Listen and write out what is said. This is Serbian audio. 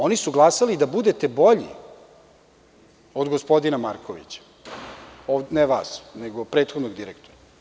Oni su glasali da budete bolji od gospodina Markovića, ne vas, nego prethodnog direktora.